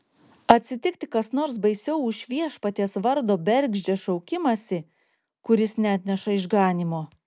atsitikti kas nors baisiau už viešpaties vardo bergždžią šaukimąsi kuris neatneša išganymo